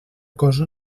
cosa